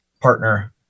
partner